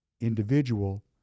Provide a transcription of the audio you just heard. individual